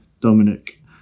Dominic